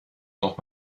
noch